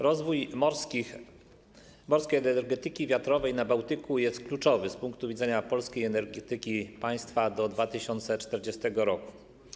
Rozwój morskiej energetyki wiatrowej na Bałtyku jest kluczowy z punktu widzenia polskiej energetyki państwa do 2040 r.